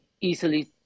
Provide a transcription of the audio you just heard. easily